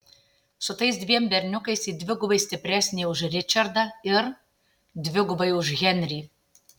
su tais dviem berniukais ji dvigubai stipresnė už ričardą ir dvigubai už henrį